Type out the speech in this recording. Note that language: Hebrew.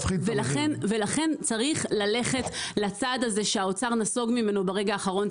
ולכן צריך ללכת לצעד הזה שהאוצר נסוג ממנו ברגע האחרון,